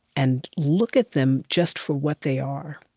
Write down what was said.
and look at them, just for what they are,